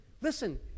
listen